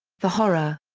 the horror!